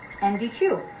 NDQ